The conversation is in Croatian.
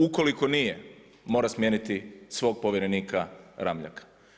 Ukoliko nije, mora smijeniti svog povjerenika Ramljaka.